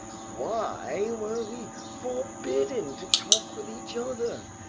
why were we forbidden to talk with each other!